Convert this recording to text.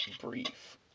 brief